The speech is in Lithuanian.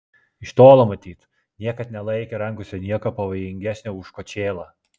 iš tolo matyt niekad nelaikė rankose nieko pavojingesnio už kočėlą